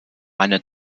eine